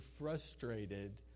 frustrated